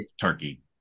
turkey